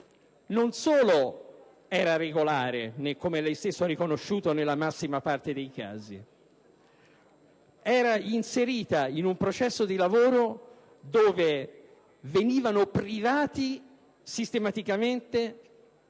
non solo era regolare - come lei stesso ha riconosciuto - nella massima parte dei casi, ma era inserita in un processo lavorativo in cui essi venivano privati sistematicamente